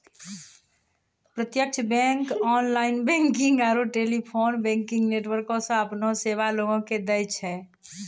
प्रत्यक्ष bank online banking आरू telephone banking नेटवर्को से अपनो सेबा लोगो के दै छै